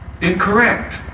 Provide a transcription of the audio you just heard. incorrect